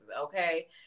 Okay